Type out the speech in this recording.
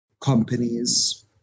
companies